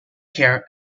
care